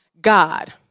God